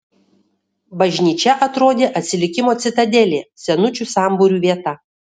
bažnyčia atrodė atsilikimo citadelė senučių sambūrių vieta